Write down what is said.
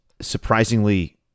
surprisingly